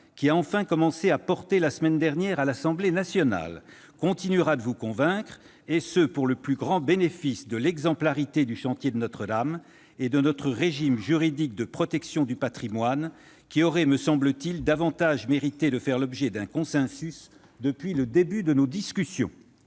qui a enfin commencé à porter la semaine dernière à l'Assemblée nationale, continuera de vous convaincre, afin de conforter l'exemplarité du chantier de Notre-Dame et de notre régime juridique de protection du patrimoine. Ces derniers, me semble-t-il, auraient davantage mérité de faire l'objet d'un consensus depuis le début de nos discussions